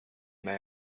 man